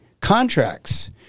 contracts